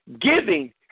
Giving